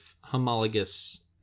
homologous